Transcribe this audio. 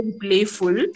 playful